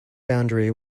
boundary